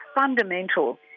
fundamental